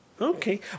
Okay